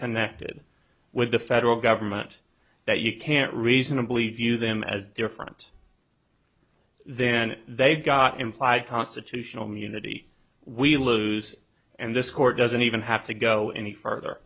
connected with the federal government that you can't reasonably view them as different then they've got implied constitutional munity we lose and this court doesn't even have to go any further